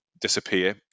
disappear